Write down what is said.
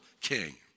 king